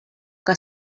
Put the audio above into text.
que